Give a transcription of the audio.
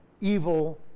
evil